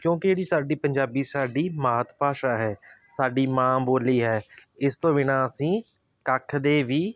ਕਿਉਂਕਿ ਜਿਹੜੀ ਸਾਡੀ ਪੰਜਾਬੀ ਸਾਡੀ ਮਾਤ ਭਾਸ਼ਾ ਹੈ ਸਾਡੀ ਮਾਂ ਬੋਲੀ ਹੈ ਇਸ ਤੋਂ ਬਿਨਾ ਅਸੀਂ ਕੱਖ ਦੇ ਵੀ